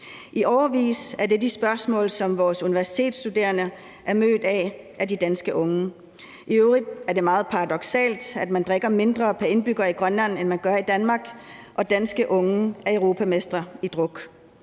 I årevis er det de spørgsmål, som vores universitetsstuderende er blevet mødt med af de danske unge. I øvrigt er det meget paradoksalt, at man drikker mindre pr. indbygger i Grønland, end man gør i Danmark, og danske unge er europamestre i druk.